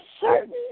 certain